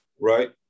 right